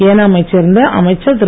ஏனா மைச் சேர்ந்த அமைச்சர் திரு